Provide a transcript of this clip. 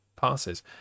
passes